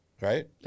Right